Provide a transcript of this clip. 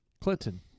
Clinton